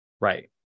right